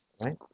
right